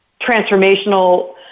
transformational